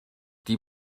die